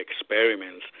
experiments